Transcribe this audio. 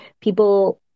people